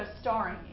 starring